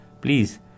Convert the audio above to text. please